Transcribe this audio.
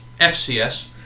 FCS